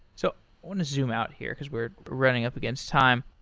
so want to zoom out here, because we're running up against time.